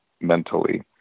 mentally